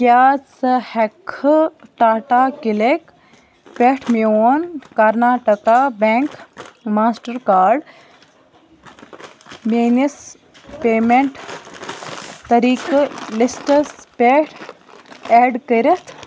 کیٛاہ ژٕ ہٮ۪کہٕ کھہٕ ٹاٹا کِلِک پٮ۪ٹھ میون کرناٹکا بٮ۪نٛک ماسٹر کاڈ میٛٲنِس پیمٮ۪نٛٹ طریٖقہٕ لِسٹَس پٮ۪ٹھ اٮ۪ڈ کٔرِتھ